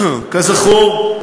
כזכור,